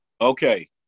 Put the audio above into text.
Okay